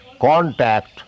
contact